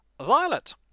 Violet